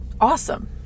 awesome